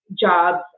jobs